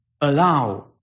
allow